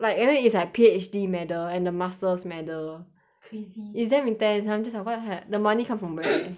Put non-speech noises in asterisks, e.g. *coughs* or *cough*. like and then it's like P_H_D medal and the masters medal crazy it's damn intense and then I'm just like what the heck the money come from where *coughs*